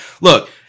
Look